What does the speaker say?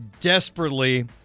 desperately